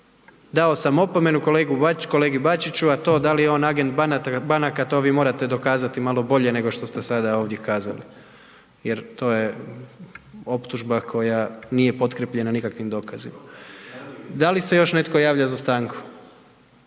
Dao sam opomenu kolegi Bačiću, a to da li je on agent banaka to vi morate dokazati malo bolje nego što ste sada ovdje kazali jer to je optužba koja nije potkrijepljena nikakvim dokazima. Da li se još netko javlja za stanku?